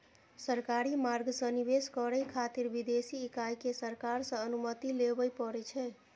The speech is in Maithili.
सरकारी मार्ग सं निवेश करै खातिर विदेशी इकाई कें सरकार सं अनुमति लेबय पड़ै छै